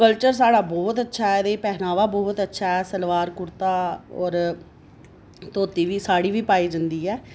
culture साढ़ा बहुत अच्छा ऐ एह्दे च पहनावा बहुत अच्छा ऐ सलवार कुर्ता होर धोती बी साड़ी बी पाई जंदी ऐ